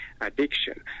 addiction